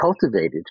cultivated